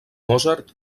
mozart